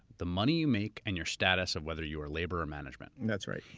the money you make and your status of whether you are labor or management. that's right.